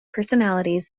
personalities